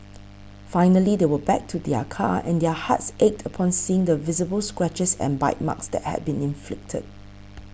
finally they went back to their car and their hearts ached upon seeing the visible scratches and bite marks that had been inflicted